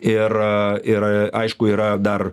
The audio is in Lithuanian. ir ir aišku yra dar